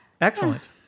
Excellent